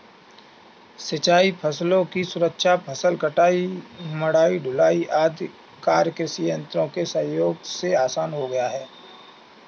सिंचाई फसलों की सुरक्षा, फसल कटाई, मढ़ाई, ढुलाई आदि कार्य कृषि यन्त्रों के सहयोग से आसान हो गया है